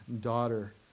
daughter